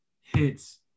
hits